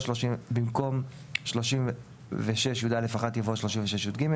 במקום "36יא1" יבוא "36יג",